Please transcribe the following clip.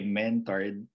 mentored